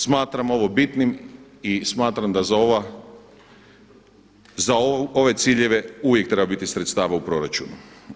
Smatram ovo bitnim i smatram da za ove ciljeve uvijek treba biti sredstava u proračunu.